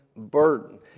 Burden